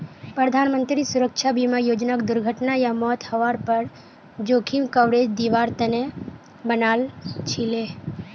प्रधानमंत्री सुरक्षा बीमा योजनाक दुर्घटना या मौत हवार पर जोखिम कवरेज दिवार तने बनाल छीले